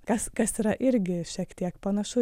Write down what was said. kas kas yra irgi šiek tiek panašu